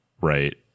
right